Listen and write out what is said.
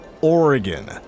Oregon